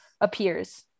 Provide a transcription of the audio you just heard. appears